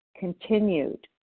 continued